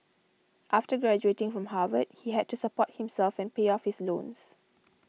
after graduating from Harvard he had to support himself and pay off his loans